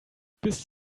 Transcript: bis